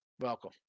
welcome